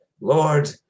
Lord